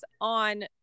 on